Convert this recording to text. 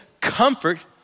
comfort